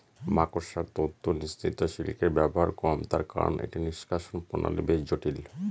মাকড়সার তন্তু নিঃসৃত সিল্কের ব্যবহার কম তার কারন এটি নিঃষ্কাষণ প্রণালী বেশ জটিল